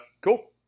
cool